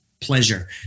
pleasure